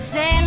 Say